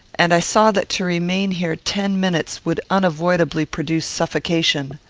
and i saw that to remain here ten minutes would unavoidably produce suffocation.